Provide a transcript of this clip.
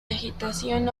agitación